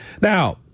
Now